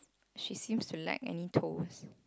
she seems to lack any toes